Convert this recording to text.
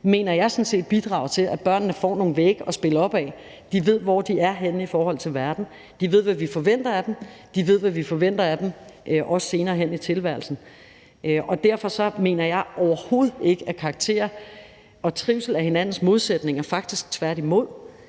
niveau, vi har nu, bidrager til, at børnene får nogle vægge at spille op ad. De ved, hvor de er henne i forhold til verden, de ved, hvad vi forventer af dem, og de ved, hvad vi forventer af dem også senere hen i tilværelsen. Derfor mener jeg overhovedet ikke, at karakterer og trivsel er hinandens modsætninger, faktisk tværtimod.